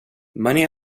many